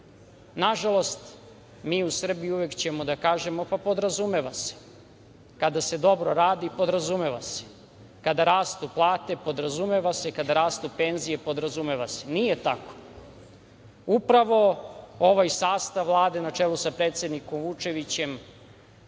Nažalost, mi u Srbiji uvek ćemo da kažemo – pa, podrazumeva se, kada se dobro radi, podrazumeva se. Kada rastu plate, podrazumeva se, kada rastu penzije, podrazumeva se. Nije tako. Upravo ovaj sastav Vlade, na čelu sa predsednikom Vučevićem,